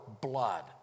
blood